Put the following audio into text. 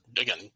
again